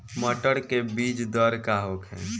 मटर के बीज दर का होखे?